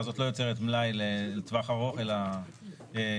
הזו לא יוצרת מלאי לטווח ארוך אלא נקודתי,